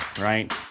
right